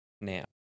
now